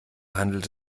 handelt